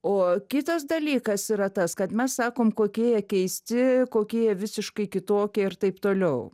o kitas dalykas yra tas kad mes sakom kokie jie keisti kokie jie visiškai kitokie ir taip toliau